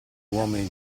uomini